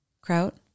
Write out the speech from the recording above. Kraut